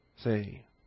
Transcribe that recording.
Say